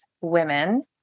women